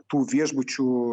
tų viešbučių